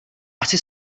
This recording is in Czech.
ani